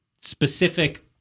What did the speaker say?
specific-